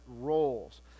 roles